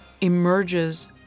emerges